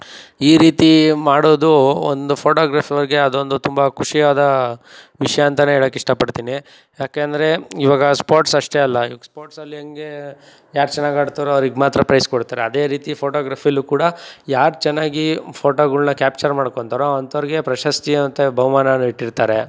ಈ ರೀತಿ ಮಾಡೋದು ಒಂದು ಫೋಟೋಗ್ರಫಿಯವರಿಗೆ ಅದೊಂದು ತುಂಬ ಖುಷಿಯಾದ ವಿಷಯ ಅಂತ ಹೇಳಕ್ ಇಷ್ಟಪಡ್ತೀನಿ ಯಾಕೆಂದರೆ ಇವಾಗ ಸ್ಪೋರ್ಟ್ಸ್ ಅಷ್ಟೇ ಅಲ್ಲ ಇವಾಗ ಸ್ಪೋರ್ಟ್ಸಲ್ಲಿ ಹೆಂಗೆ ಯಾರು ಚೆನ್ನಾಗ್ ಆಡ್ತಾರೋ ಅವ್ರಿಗೆ ಮಾತ್ರ ಪ್ರೈಸ್ ಕೊಡ್ತಾರೆ ಅದೇ ರೀತಿ ಫೋಟೋಗ್ರಫಿಯಲ್ಲೂ ಕೂಡ ಯಾರು ಚೆನ್ನಾಗಿ ಫೋಟೋಗಳ್ನ ಕ್ಯಾಪ್ಚರ್ ಮಾಡ್ಕೊತಾರೋ ಅಂಥವ್ರಿಗೆ ಪ್ರಶಸ್ತಿ ಅಂತ ಬಹುಮಾನವನ್ನು ಇಟ್ಟಿರ್ತಾರೆ